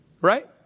right